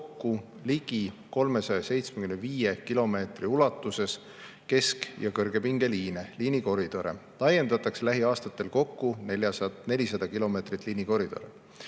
ligi 375 kilomeetri ulatuses kesk- ja kõrgepingeliine, liinikoridore. Lähiaastatel laiendatakse kokku 400 kilomeetrit liinikoridore.